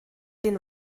den